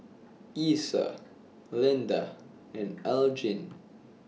Iesha Lynda and Elgin